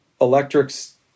Electrics